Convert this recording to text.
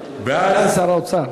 היה סגן שר האוצר.